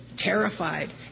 Terrified